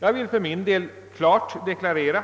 Jag vill för min del klart deklarera